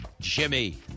Jimmy